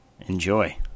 Enjoy